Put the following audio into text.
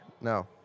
No